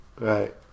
Right